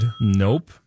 Nope